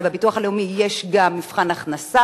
אבל בביטוח הלאומי יש גם מבחן הכנסה,